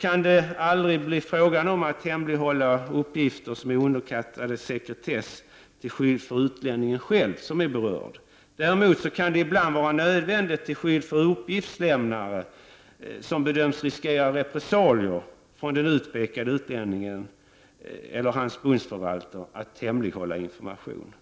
kan det aldrig bli fråga om att hemlighålla uppgifter som är underkastade sekretess till skydd för den berörde utlänningen. Däremot kan det ibland vara nödvändigt, till skydd för uppgiftslämnare som bedöms riskera repressalier från den utpekade utlänningen eller hans bundsförvanter, att hemlighålla information.